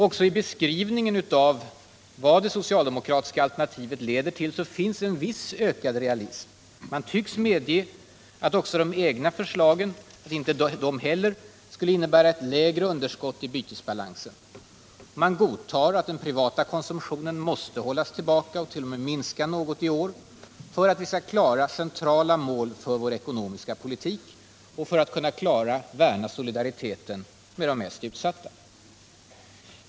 Också i beskrivningen av vad det socialdemokratiska alternativet leder till finns det en viss ökad realism. Man tycks medge att inte heller de socialdemokratiska förslagen skulle innebära ett mindre underskott i bytesbalansen. Man godtar att den privata konsumtionen måste hållas tillbaka och t.o.m. minska något i år för att vi skall klara centrala mål för vår ekonomiska politik och för att vi skall kunna vara solidariska med och värna om de mest utsatta.